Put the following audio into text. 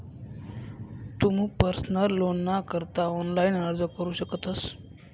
तुमू पर्सनल लोनना करता ऑनलाइन अर्ज करू शकतस